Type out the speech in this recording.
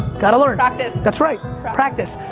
got to learn. practice. that's right practice.